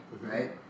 right